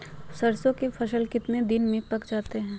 सरसों के फसल कितने दिन में पक जाते है?